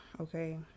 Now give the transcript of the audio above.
okay